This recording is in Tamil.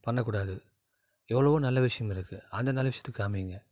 பண்ண கூடாது எவ்வளவோ நல்ல விஷயங்கள் இருக்கு அதை நல்ல விஷயத்துக்கு காமிங்க